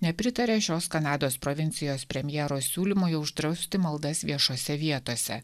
nepritaria šios kanados provincijos premjero siūlymui uždrausti maldas viešose vietose